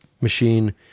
machine